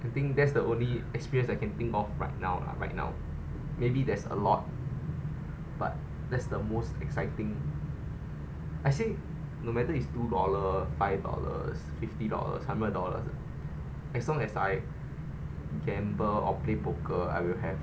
I think that's the only experience I can think of right now lah right now maybe there's a lot but that's the most exciting I say no matter is two dollar five dollars fifty dollars hundred dollars it as long as I gamble or play poker I will have